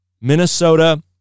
Minnesota